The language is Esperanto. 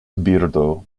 birdo